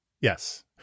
Yes